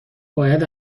باید